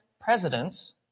presidents